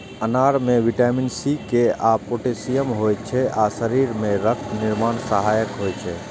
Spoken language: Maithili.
अनार मे विटामिन सी, के आ पोटेशियम होइ छै आ शरीर मे रक्त निर्माण मे सहायक होइ छै